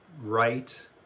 right